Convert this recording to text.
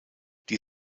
die